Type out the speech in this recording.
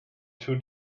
two